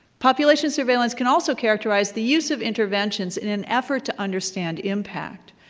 population surveillance can also characterize the use of interventions in an effort to understand impact.